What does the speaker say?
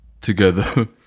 together